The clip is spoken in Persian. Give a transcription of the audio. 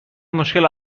مشکل